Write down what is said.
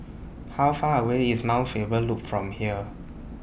How Far away IS Mount Faber Loop from here